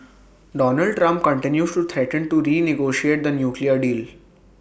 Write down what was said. Donald Trump continues to threaten to did renegotiate the nuclear deal